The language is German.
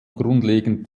grundlegend